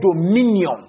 dominion